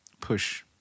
push